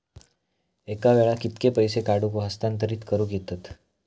एका वेळाक कित्के पैसे काढूक व हस्तांतरित करूक येतत?